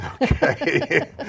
Okay